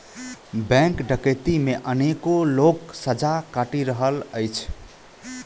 bank डकैती मे अनेको लोक सजा काटि रहल अछि